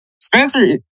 Spencer